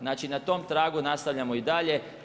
Znači na tom tragu nastavljamo i dalje.